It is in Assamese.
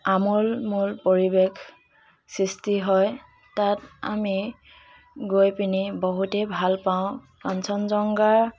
আমোলমোল পৰিৱেশ সৃষ্টি হয় তাত আমি গৈ পিনি বহুতেই ভাল পাওঁ কাঞ্চনজংঘাৰ